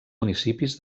municipis